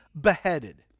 beheaded